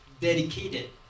dedicated